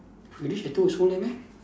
we reach at two so late meh